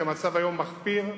כי המצב היום מחפיר.